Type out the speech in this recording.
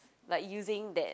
like using that